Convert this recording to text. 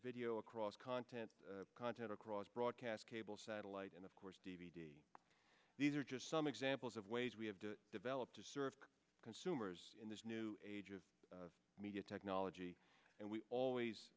video across content content across broadcast cable satellite and of course d v d these are just some examples of ways we have to develop to serve consumers in this new age of media technology and we always